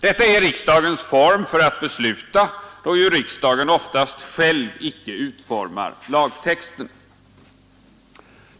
Detta är riksdagens form för att besluta, då ju riksdagen oftast själv inte utformar lagtext.